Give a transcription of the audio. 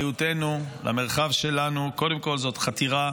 שבאחריותנו, למרחב שלנו, קודם כול, זאת חתירה